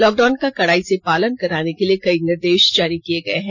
lockdown का कडाई से पालन कराने के लिए कई निर्देश जारी किये गये हैं